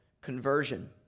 Conversion